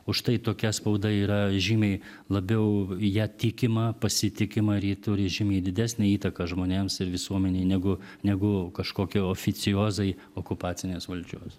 už tai tokia spauda yra žymiai labiau ja tikima pasitikima ir ji turi žymiai didesnę įtaką žmonėms ir visuomenei negu negu kažkokio oficiozai okupacinės valdžios